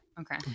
Okay